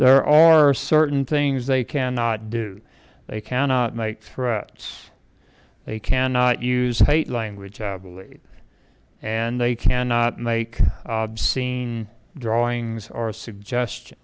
there are certain things they cannot do they cannot make threats they cannot use hate language and they cannot make obscene drawings or suggestion